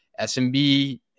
SMB